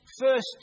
first